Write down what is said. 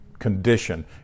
condition